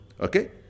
Okay